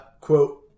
quote